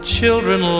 Children